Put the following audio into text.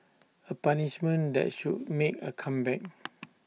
A punishment that should make A comeback